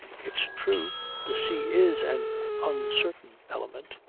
it's true the sea is an uncertain element,